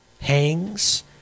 hangs